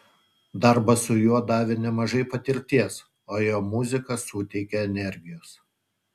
darbas su juo davė nemažai patirties o jo muzika suteikia energijos